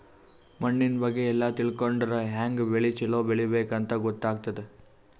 ಮಣ್ಣಿನ್ ಬಗ್ಗೆ ಎಲ್ಲ ತಿಳ್ಕೊಂಡರ್ ಹ್ಯಾಂಗ್ ಬೆಳಿ ಛಲೋ ಬೆಳಿಬೇಕ್ ಅಂತ್ ಗೊತ್ತಾಗ್ತದ್